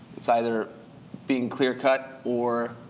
it's either being clear-cut, or